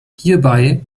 hierbei